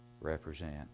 represent